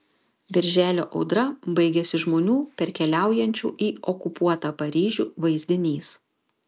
birželio audra baigiasi žmonių parkeliaujančių į okupuotą paryžių vaizdiniais